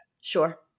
Sure